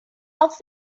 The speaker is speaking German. auf